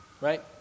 right